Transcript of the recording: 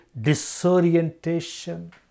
disorientation